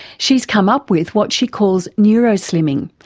she's come up with what she calls neuroslimming,